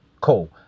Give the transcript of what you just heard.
Cool